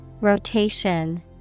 Rotation